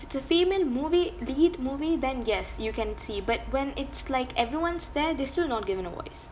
it's a female movie lead movie then yes you can see but when it's like everyone's there they're still not given a voice